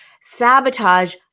Sabotage